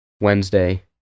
Wednesday